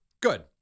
Good